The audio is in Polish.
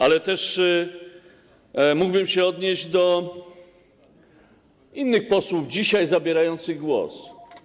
Ale też mógłbym się odnieść do wypowiedzi innych posłów dzisiaj zabierających głos.